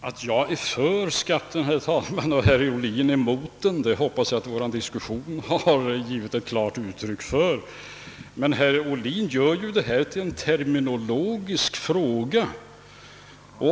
Herr talman! Att jag är för avgiften och att herr Ohlin är emot den hoppas jag att vår diskussion givit klart besked om. Men herr Ohlin gör det hela till en terminologisk fråga.